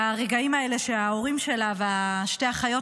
והרגעים האלה שההורים שלה ושתי האחיות